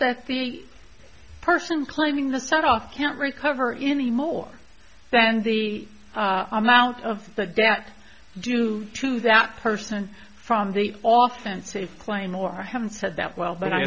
that the person claiming the set off can't recover any more than the amount of the debt due to that person from the off unsafe claim or having said that well but i